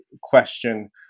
question